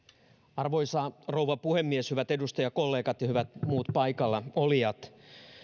arvoisa rouva puhemies hyvät edustajakollegat ja hyvät muut paikallaolijat